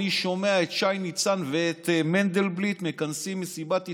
אני שומע את שי ניצן ואת מנדלבליט מכנסים מסיבת עיתונאים.